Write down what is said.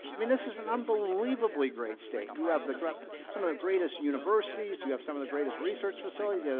i mean, this is an unbelievably great state. you have the great, some of the greatest universities, you have some of the greatest research facilities, yeah